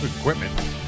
equipment